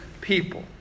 people